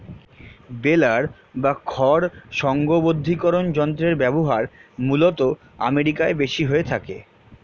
বেলার বা খড় সংঘবদ্ধীকরন যন্ত্রের ব্যবহার মূলতঃ আমেরিকায় বেশি হয়ে থাকে